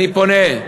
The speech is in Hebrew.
אני פונה,